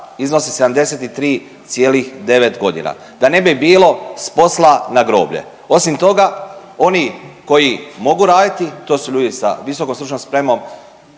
iznosi 73,9 godina. Da ne bi bilo s posla na groblje. Osim toga, oni koji mogu raditi to su ljudi sa visokom stručnom spremom,